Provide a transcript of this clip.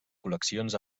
col·leccions